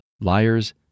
liars